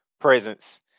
presence